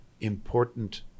important